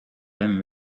then